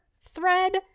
thread